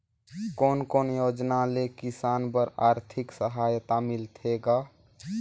कोन कोन योजना ले किसान बर आरथिक सहायता मिलथे ग?